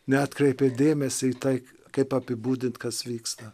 neatkreipia dėmesį į tai kaip apibūdint kas vyksta